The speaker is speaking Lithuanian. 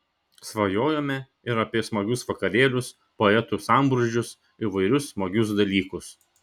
svajojome ir apie smagius vakarėlius poetų sambrūzdžius įvairius smagius dalykus